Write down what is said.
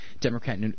Democrat